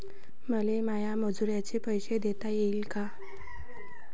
मले माया मजुराचे पैसे देता येईन का?